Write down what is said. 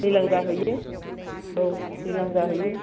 दैज्लां जाहैयो औ दैज्लां जाहैयो